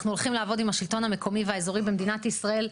אנחנו הולכים לעבוד עם השלטון המקומי והאזורי במדינת ישראל,